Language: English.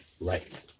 Right